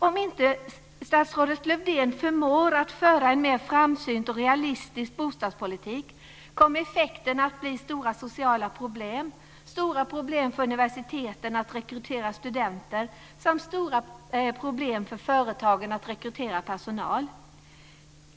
Om inte statsrådet Lövdén förmår att föra en mer framsynt och realistisk bostadspolitik kommer effekterna att bli stora sociala problem, stora problem för universiteten att rekrytera studenter samt stora problem för företagen att rekrytera personal.